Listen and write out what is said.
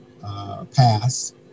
pass